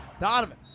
Donovan